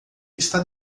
está